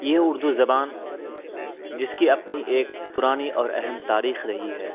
یہ اردو زبان جس کی اپنی ایک پرانی اور اہم تاریخ رہی ہے